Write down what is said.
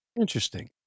Interesting